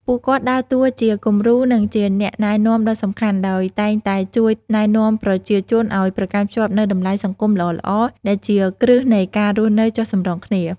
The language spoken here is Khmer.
ពួកគាត់ដើរតួជាគំរូ និងជាអ្នកណែនាំដ៏សំខាន់ ដោយតែងតែជួយណែនាំប្រជាជនឲ្យប្រកាន់ខ្ជាប់នូវតម្លៃសង្គមល្អៗ ដែលជាគ្រឹះនៃការរស់នៅចុះសម្រុងគ្នា។